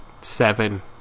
seven